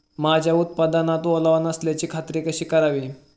माझ्या उत्पादनात ओलावा नसल्याची खात्री कशी करावी?